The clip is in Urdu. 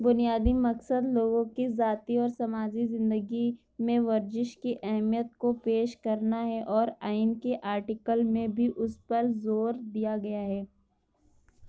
بنیادی مقصد لوگوں کی ذاتی اور سماجی زندگی میں ورزش کی اہمیت کو پیش کرنا ہے اور آئین کے آرٹیکل میں بھی اس پر زور دیا گیا ہے